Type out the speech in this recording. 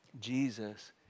Jesus